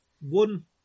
one